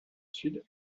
sud